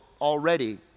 already